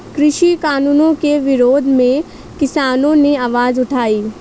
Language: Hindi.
कृषि कानूनों के विरोध में किसानों ने आवाज उठाई